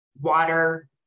water